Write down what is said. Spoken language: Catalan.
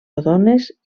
rodones